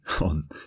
on